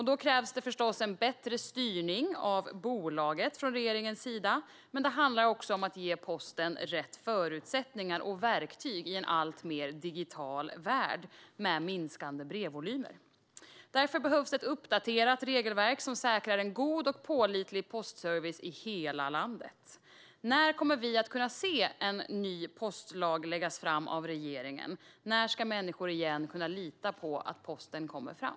Då krävs förstås att regeringen styr bolaget bättre. Det handlar också om att ge Posten rätt förutsättningar och verktyg i en värld som blir alltmer digital och där brevvolymerna minskar. Det behövs därför ett uppdaterat regelverk som säkrar en god och pålitlig postservice i hela landet. När kommer vi att kunna se en ny postlag läggas fram av regeringen? När ska människor åter kunna lita på att posten kommer fram?